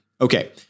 Okay